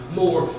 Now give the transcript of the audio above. more